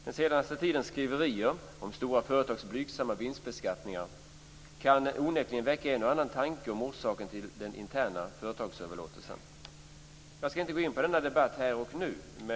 Den senaste tidens skriverier om stora företags blygsamma vinstbeskattningar kan onekligen väcka en och annan tanke om orsaken till interna företagsöverlåtelser. Jag skall inte gå in på denna debatt här och nu.